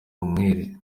umwere